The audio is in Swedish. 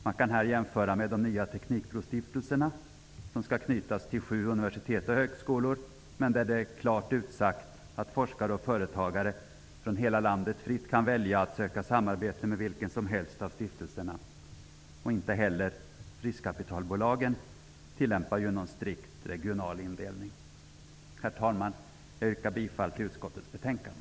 Man kan jämföra med de nya teknikbrostiftelserna som skall knytas till sju universitet och högskolor, men där det är klart utsagt att forskare och företagare från hela landet fritt kan välja att söka samarbete med vilken som helst av stiftelserna. Inte heller riskkapitalbolagen tillämpar någon strikt regional indelning. Herr talman! Jag yrkar bifall till hemställan i utskottets betänkande.